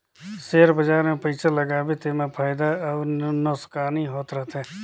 share बजार मे पइसा लगाबे तेमा फएदा अउ नोसकानी होत रहथे